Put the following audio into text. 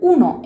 Uno